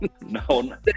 No